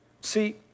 See